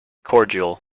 cordial